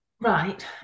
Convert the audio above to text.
right